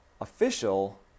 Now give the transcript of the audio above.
official